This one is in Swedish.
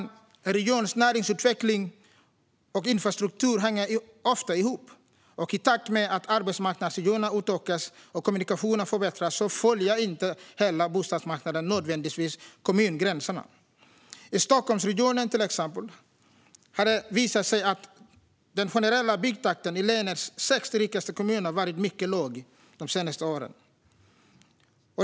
En regions näringslivsutveckling och infrastruktur hänger ofta ihop, och i takt med att arbetsmarknadsregioner utökas och kommunikationer förbättras följer inte heller bostadsmarknaden nödvändigtvis kommungränserna. I Stockholmsregionen har det till exempel visat sig att den generella byggtakten i länets sex rikaste kommuner varit mycket låg de senaste åren.